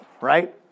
right